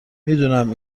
میدونم